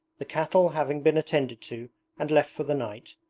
the cattle having been attended to and left for the night,